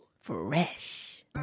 Fresh